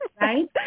right